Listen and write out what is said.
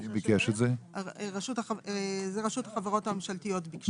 זה רשות החברות הממשלתיות ביקשה.